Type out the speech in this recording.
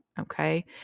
Okay